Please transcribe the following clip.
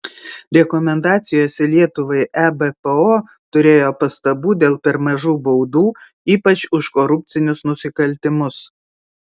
rekomendacijose lietuvai ebpo turėjo pastabų dėl per mažų baudų ypač už korupcinius nusikaltimus